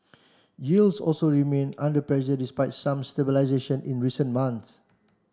yields also remain under pressure despite some stabilisation in recent months